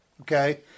okay